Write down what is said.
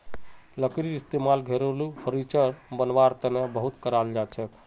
लकड़ीर इस्तेमाल घरेलू फर्नीचर बनव्वार तने बहुत कराल जाछेक